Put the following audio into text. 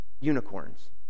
unicorns